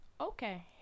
okay